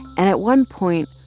and at one point,